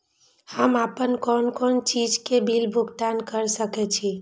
हम आपन कोन कोन चीज के बिल भुगतान कर सके छी?